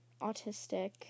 autistic